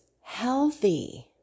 healthy